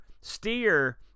Steer